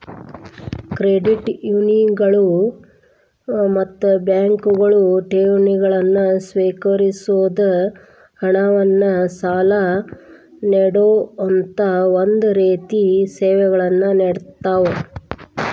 credit ಯೂನಿಯನ್ಗಳು ಮತ್ತ ಬ್ಯಾಂಕ್ಗಳು ಠೇವಣಿಗಳನ್ನ ಸ್ವೇಕರಿಸೊದ್, ಹಣವನ್ನ್ ಸಾಲ ನೇಡೊಅಂತಾ ಒಂದ ರೇತಿ ಸೇವೆಗಳನ್ನ ನೇಡತಾವ